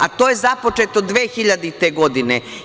A to je započeto 2000. godine.